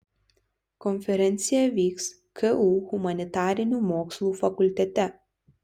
konferencija vyks ku humanitarinių mokslų fakultete